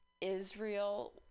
Israel